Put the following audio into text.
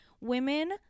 women